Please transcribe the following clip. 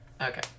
Okay